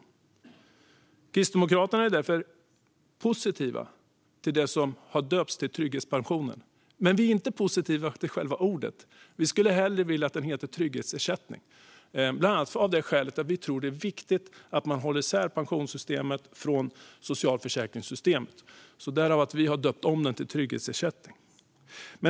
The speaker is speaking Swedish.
Vi kristdemokrater är därför positiva till det som har döpts till trygghetspensionen. Men vi är inte positiva till själva ordet. Vi skulle hellre vilja att den hette trygghetsersättning, bland annat av skälet att vi tror att det är viktigt att man håller isär pensionssystemet från socialförsäkringssystemet. Därför har vi döpt om den till trygghetsersättning.